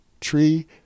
tree